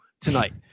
tonight